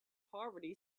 poverty